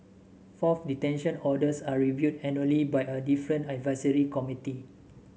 fourth detention orders are reviewed annually by a different advisory committee